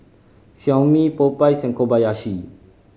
Xiaomi Popeyes and Kobayashi